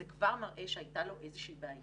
זה כבר מראה שהייתה לו איזושהי בעיה.